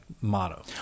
motto